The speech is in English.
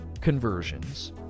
conversions